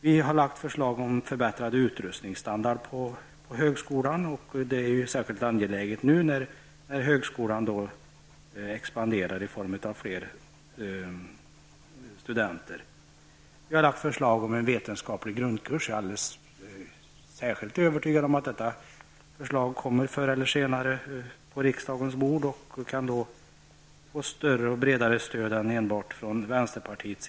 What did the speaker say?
Vi har lagt fram förslag om en förbättrad utrustningsstandard på högskolan, vilket är särskilt angeläget nu när högskolan expanderar och får fler studenter. Vi har lagt fram förslag om en vetenskaplig grundkurs. Jag är alldeles särskilt övertygad om att detta förslag förr eller senare kommer att hamna på riksdagens bord och att det då kan få stöd från fler partier än enbart vänsterpartiet.